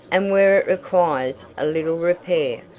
and where it requires a little repair,